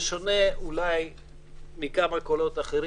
בשונה מכמה קולות אחרים,